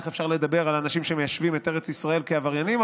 איך אפשר לדבר על אנשים שמיישבים את ארץ ישראל כעבריינים,